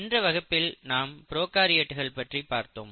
சென்ற வகுப்பில் நாம் ப்ரோகாரியோட்ஸ் பற்றி பார்த்தோம்